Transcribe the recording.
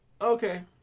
okay